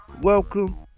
welcome